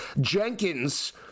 Jenkins